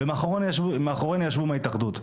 ומאחורינו ישבו מההתאחדות,